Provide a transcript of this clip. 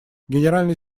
генеральный